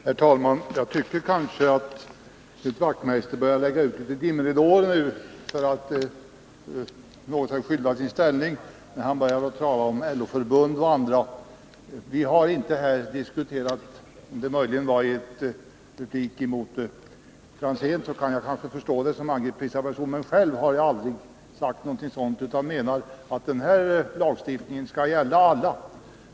Herr talman! Jag tycker att det verkar som om Knut Wachtmeister börjar lägga ut dimridåer för att skydda sin ställning, när han nu går in på LO-förbundens handlande. Jag kan möjligen förstå det yttrandet om det gjordes i polemik med Tommy Franzén, men själv har jag aldrig sagt något av antydd innebörd utan menar, att den föreslagna lagstiftningen skall gälla alla.